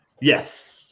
Yes